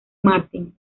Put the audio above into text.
martin